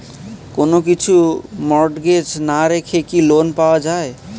কোন কিছু মর্টগেজ না রেখে কি লোন পাওয়া য়ায়?